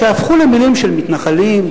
שהפכו למלים של מתנחלים,